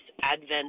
Advent